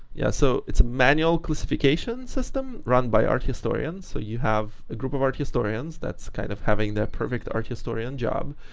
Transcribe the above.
yeah. so it's a manual classification system run by art historians. so you have a group of art historians that's kind of having the perfect art historian job,